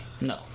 No